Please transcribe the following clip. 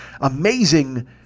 amazing